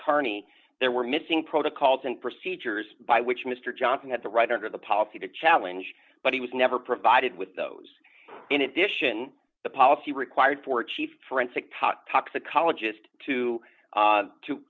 kearney there were missing protocols and procedures by which mr johnson had the right under the policy to challenge but he was never provided with those in addition the policy required for a chief forensic tot toxicologist to to to